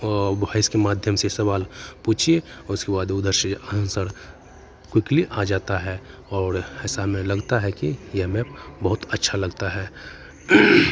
ओ voice के माध्यम से सवाल पूछिए और उसके बाद उधर से आंसर क्विकली आ जाता है और ऐसा में लगता है कि यह मैप बहुत अच्छा लगता है